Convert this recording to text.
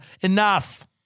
Enough